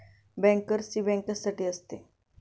बँकर्सची बँक कशासाठी असते?